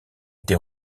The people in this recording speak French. été